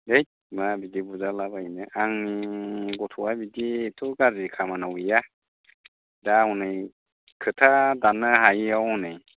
eight मा बिदि बुजाला बायनो आंनि गथ'आ बिदि एथ्थ' गाज्रि खामानियाव गैया दा हनै खोथा दान्नो हायैआव हनै